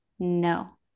No